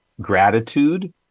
gratitude